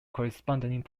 corresponding